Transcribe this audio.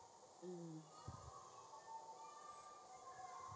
um